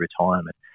retirement